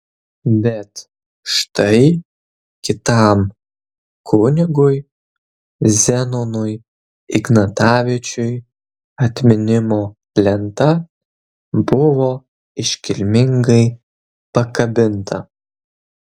bet štai kitam kunigui zenonui ignatavičiui atminimo lenta buvo iškilmingai pakabinta